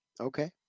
Okay